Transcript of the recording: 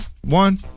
One